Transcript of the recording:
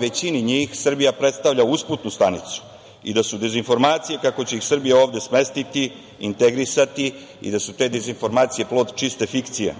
većini njih Srbija predstavlja usputnu stanicu i da su dezinformacije kako će ih Srbija ovde smestiti, integrisati i da su te dezinformacije plod čiste fikcije.